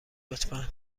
لطفا